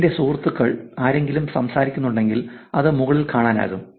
എന്റെ സുഹൃത്തുക്കൾ ആരെങ്കിലും സംസാരിക്കുന്നുണ്ടെങ്കിൽ അത് മുകളിൽ കാണാനാകും